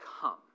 come